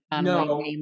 No